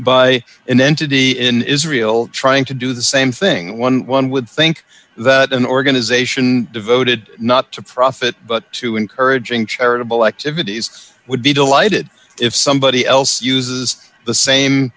i an entity in israel trying to do the same thing when one would think that an organization devoted not to profit but to encouraging charitable activities would be delighted if somebody else uses the same